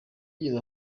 yigeze